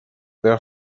their